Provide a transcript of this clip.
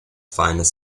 finest